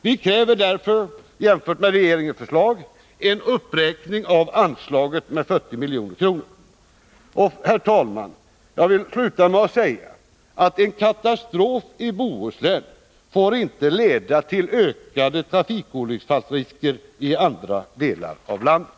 Vi kräver därför en uppräkning av anslaget, i förhållande till regeringens förslag, med 40 milj.kr. Herr talman! Jag vill sluta med att säga att en katastrof i Bohuslän inte får leda till ökade trafikolycksfallsrisker i andra delar av landet.